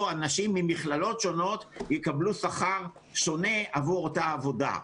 אנשים ממכללות שונות יקבלו שכר שונה עבור אותה עבודה.